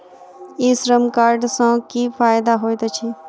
ई श्रम कार्ड सँ की फायदा होइत अछि?